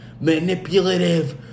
manipulative